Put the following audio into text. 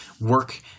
work